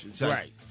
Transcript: Right